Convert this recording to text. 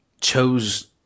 chose